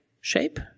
shape